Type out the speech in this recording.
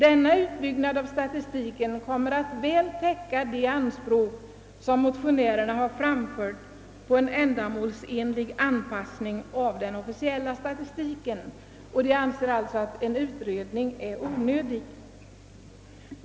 Denna utbyggnad av statistiken kommer att väl täcka de anspråk som motionärerna framfört om en ändamålsenlig anpassning av den officiella statistiken, och centralbyrån anser därför en utredning onödig.